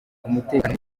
umutekano